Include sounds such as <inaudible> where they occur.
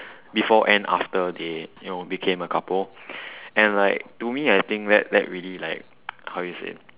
before and after they you know become a couple <breath> and like to me I think that that really like how to say <noise>